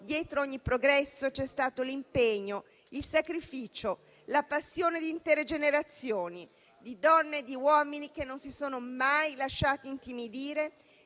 dietro ogni progresso ci sono stati l'impegno, il sacrificio, la passione di intere generazioni, di donne e di uomini che non si sono mai lasciati intimidire